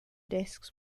disks